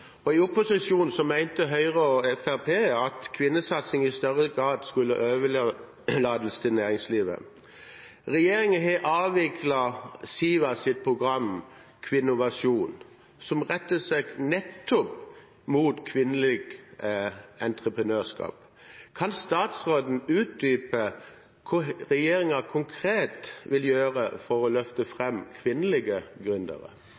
I opposisjon mente Høyre og Fremskrittspartiet at kvinnesatsing i større grad skulle overlates til næringslivet. Regjeringen har avviklet Sivas program Kvinnovasjon, som rettet seg nettopp mot kvinnelig entreprenørskap. Kan statsråden utdype hva regjeringen konkret vil gjøre for å løfte